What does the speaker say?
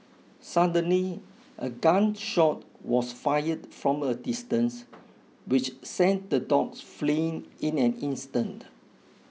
suddenly a gun shot was fired from a distance which sent the dogs fleeing in an instant